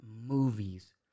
movies